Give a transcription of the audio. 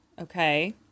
Okay